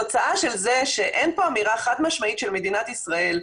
התוצאה של זה שאין פה אמירה חד משמעית של מדינת ישראל,